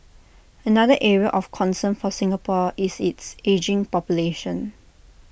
another area of concern for Singapore is its ageing population